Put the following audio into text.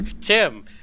Tim